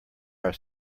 our